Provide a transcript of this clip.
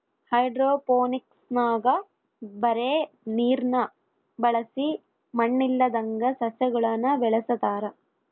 ಹೈಡ್ರೋಫೋನಿಕ್ಸ್ನಾಗ ಬರೇ ನೀರ್ನ ಬಳಸಿ ಮಣ್ಣಿಲ್ಲದಂಗ ಸಸ್ಯಗುಳನ ಬೆಳೆಸತಾರ